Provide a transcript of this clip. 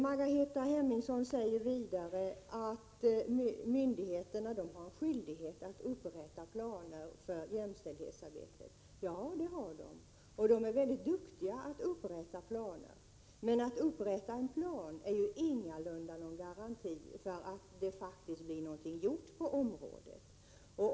Margareta Hemmingsson säger vidare att myndigheterna har skyldighet att upprätta planer för jämställdhetsarbetet. Ja, det har de, och de är väldigt duktiga på att upprätta planer. Men det faktum att en plan finns upprättad är ingalunda någon garanti för att det faktiskt blir någonting gjort på området.